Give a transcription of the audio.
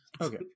okay